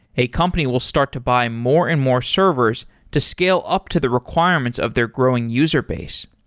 a company will start to buy more and more servers to scale up to the requirements of their growing user base,